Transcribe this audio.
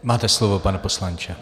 Máte slovo, pane poslanče.